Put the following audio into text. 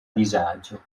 disagio